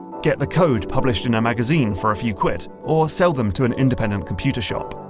get the code published in a magazine for a few quid. or sell them to an independent computer shop.